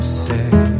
say